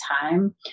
time